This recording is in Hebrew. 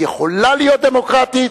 יכולה להיות דמוקרטית,